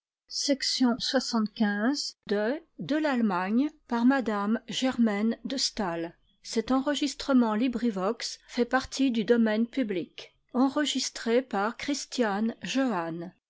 de m rt de